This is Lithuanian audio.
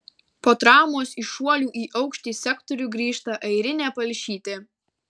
po traumos į šuolių į aukštį sektorių grįžta airinė palšytė